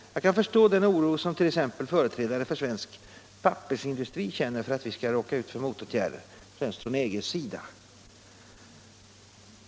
Jag kan förstå den oro som t.ex. företrädare för svensk pappersindustri känner för att vi skall råka ut för motåtgärder, främst från EG:s sida.